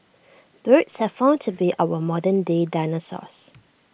birds have found to be our modern day dinosaurs